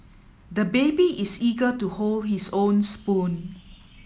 the baby is eager to hold his own spoon